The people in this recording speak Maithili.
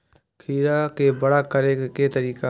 खीरा के बड़ा करे के तरीका?